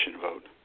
vote